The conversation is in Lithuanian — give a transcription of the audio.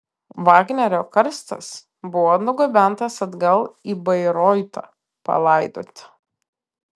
vagnerio karstas buvo nugabentas atgal į bairoitą palaidoti